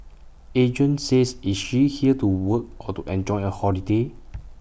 agent says is she here to work or to enjoy A holiday